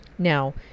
now